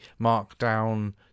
markdown